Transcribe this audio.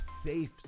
safe